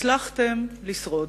הצלחתם לשרוד.